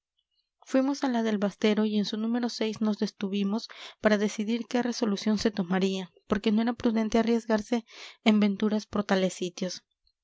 fuimos a la del bastero y en su número nos detuvimos para decidir qué resolución se tomaría porque no era prudente arriesgarse en aventuras